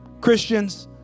Christians